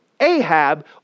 Ahab